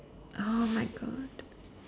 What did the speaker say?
!oh-my-God!